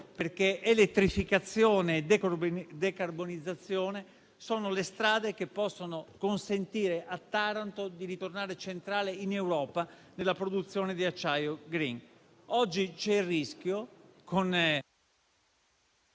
perché elettrificazione e decarbonizzazione sono le strade che possono consentire a Taranto di ritornare centrale in Europa nella produzione di acciaio *green.* Oggi, con le norme che sono